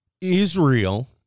Israel